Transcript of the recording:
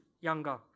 younger